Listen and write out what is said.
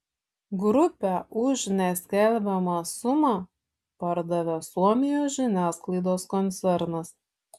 grupę už neskelbiamą sumą pardavė suomijos žiniasklaidos koncernas